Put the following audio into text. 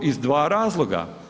Iz dva razloga.